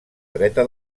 dreta